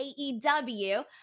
AEW